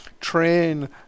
train